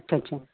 अच्छा अच्छा